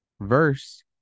verse